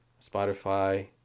Spotify